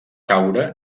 caure